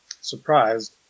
surprised